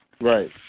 Right